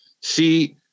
See